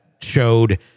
showed